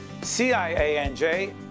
CIANJ